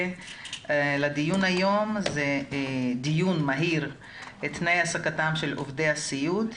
הדיון הוא דיון מהיר בתנאי העסקתם של עובדי הסיעוד,